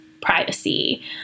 privacy